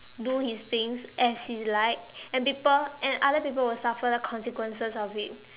do his things as he like and people and other people will suffer the consequences of it